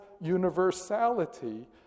universality